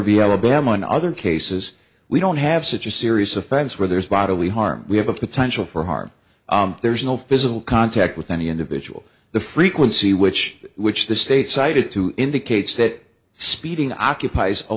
v alabama and other cases we don't have such a serious offense where there's bodily harm we have a potential for harm there's no physical contact with any individual the frequency which which the state cited to indicates that speeding occup